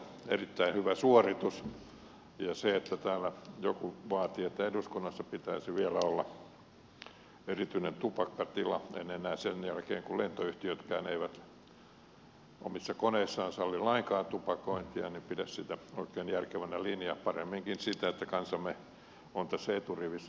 erittäin hyvä suoritus ja kun täällä joku vaati että eduskunnassa pitäisi vielä olla erityinen tupakkatila en enää sen jälkeen kun lentoyhtiötkään eivät omissa koneissaan salli lainkaan tupakointia pidä sitä oikein järkevänä linjana paremminkin sitä että kansamme on tässä eturivissä tupakan vastustamisen suhteen